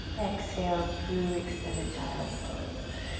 exhale through extended child's pose.